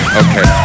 okay